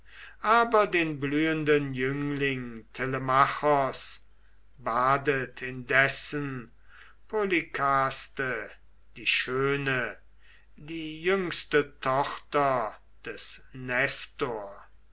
aber den blühenden jüngling telemachos badet indessen polykaste die schöne die jüngste tochter des nestor